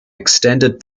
extended